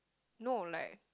no like